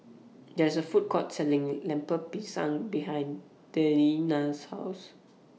There IS A Food Court Selling Lemper Pisang behind Deana's House